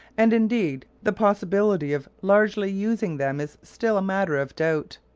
and indeed the possibility of largely using them is still a matter of doubt.